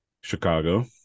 Chicago